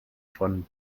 von